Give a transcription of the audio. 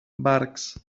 barx